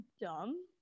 dumb